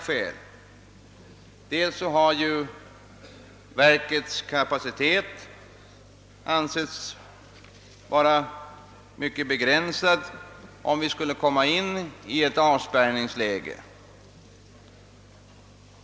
Sålunda har verkets kapacitet ansetts vara mycket begränsad, om vi skulle komma in i ett avspärrningsläge.